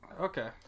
Okay